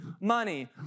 money